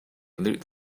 looked